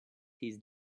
his